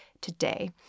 today